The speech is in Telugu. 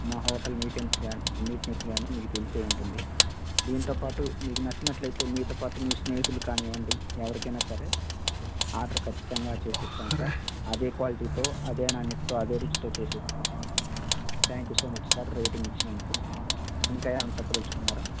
మా హోటల్ నీటెన్స్ నీట్నెస్ కాని మీకు తెలిసే ఉంటుంది దీనితో పాటు మీకు నచ్చినట్లైతే మీతోపాటు మీ స్నేహితులు కానివ్వండి ఎవరికైనా సరే ఆర్డర్ ఖచ్చితంగా చేసిస్తాం సార్ అదే క్వాలిటీతో అదే నాణ్యతతో అదే రుచి తో చేసిస్తాం thank you so much sir rating ఇచ్చినందుకు ఇంకా ఏవన్నా చెప్పదల్చుకున్నరా